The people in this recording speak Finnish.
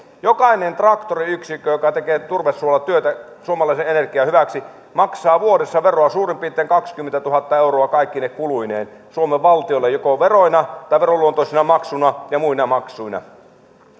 traktoriyksikkö joka tekee turvesuolla työtä suomalaisen energian hyväksi maksaa vuodessa veroa suurin piirtein kaksikymmentätuhatta euroa kaikkine kuluineen suomen valtiolle joko veroina tai veroluonteisina maksuina ja muina maksuina